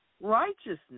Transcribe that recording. Righteousness